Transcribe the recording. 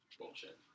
Bullshit